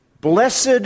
Blessed